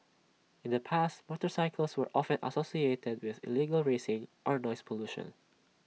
in the past motorcycles were often associated with illegal racing or noise pollution